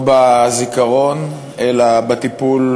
לא בזיכרון, אלא בטיפול